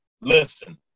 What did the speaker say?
listen